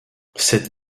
cette